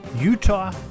Utah